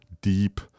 deep